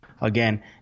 Again